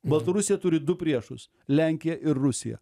baltarusija turi du priešus lenkiją ir rusiją